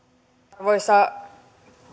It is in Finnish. arvoisa